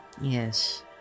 Yes